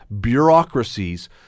bureaucracies